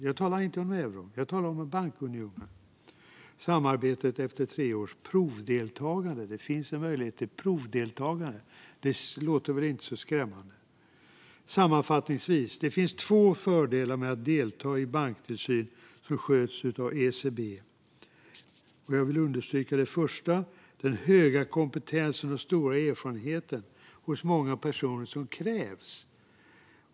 Jag talar alltså inte om euron, utan jag talar om bankunionen. Man kan lämna samarbetet efter tre års provdeltagande. Det finns alltså en möjlighet till provdeltagande - det låter väl inte så skrämmande? Sammanfattningsvis: Det finns två fördelar med att delta i banktillsyn som sköts av ECB. Jag vill understryka den första, som är den höga kompetens och den stora erfarenhet av tillsynsfrågor hos många personer som krävs.